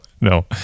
no